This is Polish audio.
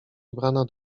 ubrana